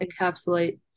encapsulate